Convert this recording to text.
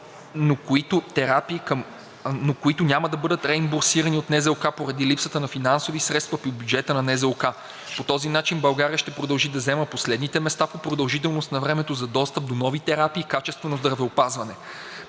но които няма да бъдат реимбурсирани от НЗОК поради липсата на финансови средства по бюджета на НЗОК. По този начин България ще продължи да заема последните места по продължителност на времето за достъп до нови терапии и качествено здравеопазване.